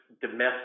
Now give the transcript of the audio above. domestic